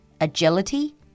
agility